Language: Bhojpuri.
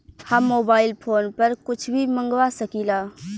हम मोबाइल फोन पर कुछ भी मंगवा सकिला?